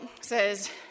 says